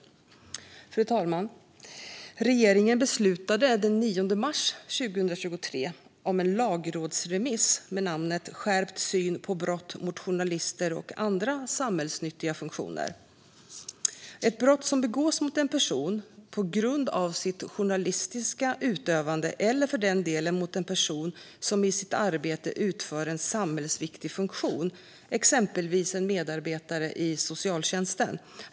Fru talman! Regeringen beslutade den 9 mars 2023 om en lagrådsremiss med namnet Skärpt syn på brott mot journalister och vissa andra samhällsnyttiga funktioner . Det handlar om brott som begås mot en person på grund av dennes journalistiska utövande eller, för den delen, mot en person som i sitt arbete utför en samhällsviktig funktion, exempelvis en medarbetare i socialtjänsten.